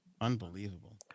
unbelievable